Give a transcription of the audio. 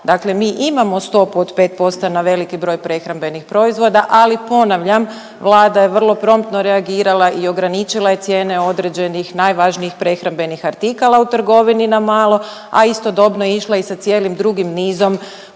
Dakle, mi imamo stopu od 5% na veliki broj prehrambenih proizvoda, ali ponavljam Vlada je vrlo promptno reagirala i ograničila je cijene određenih najvažnijih prehrambenih artikala u trgovini na malo, a istodobno je išla i sa cijelim drugim nizom